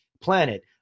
planet